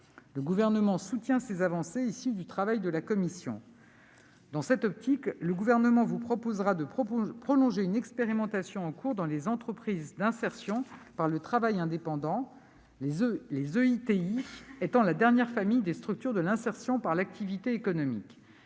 Le Gouvernement soutient ces avancées issues du travail de la commission. Dans cette optique, le Gouvernement vous proposera de prolonger une expérimentation en cours dans les entreprises d'insertion par le travail indépendant (EITI), celles-ci constituant la dernière famille des structures de l'IAE. Ensuite, cette proposition